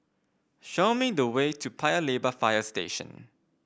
show me the way to Paya Lebar Fire Station